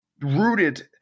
rooted